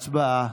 הצבעה.